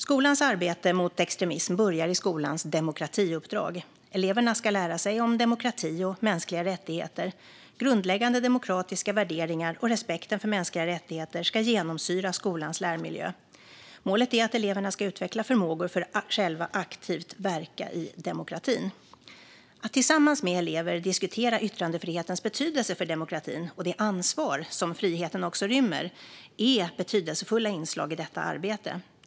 Skolans arbete mot extremism börjar i skolans demokratiuppdrag. Eleverna ska lära sig om demokrati och mänskliga rättigheter. Grundläggande demokratiska värderingar och respekten för mänskliga rättigheter ska genomsyra skolans lärmiljö. Målet är att eleverna ska utveckla förmågor för att själva aktivt verka i demokratin. Att tillsammans med elever diskutera yttrandefrihetens betydelse för demokratin och det ansvar som friheten också rymmer är betydelsefulla inslag i detta arbete.